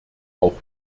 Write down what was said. auch